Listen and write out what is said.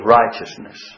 righteousness